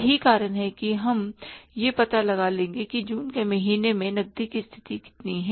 यही कारण है कि हम मतलब यह पता लगा लेंगे कि जून के महीने में नकदी की स्थिति कितनी है